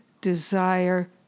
desire